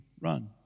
run